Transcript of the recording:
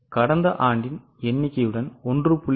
கடந்த எண்ணிக்கையுடன் 1